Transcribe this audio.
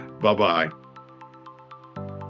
bye-bye